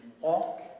walk